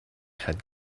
had